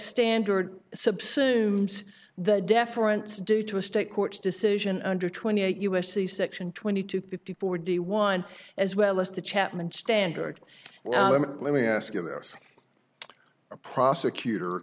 standard subsumes the deference due to a state court's decision under twenty eight u s c section twenty two fifty four d one as well as the chapman standard let me ask you this a prosecutor